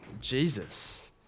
Jesus